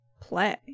play